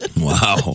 Wow